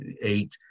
eight